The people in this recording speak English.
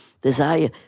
desire